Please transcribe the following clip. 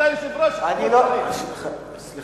היית